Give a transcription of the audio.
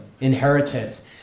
inheritance